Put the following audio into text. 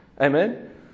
amen